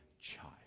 child